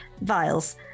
vials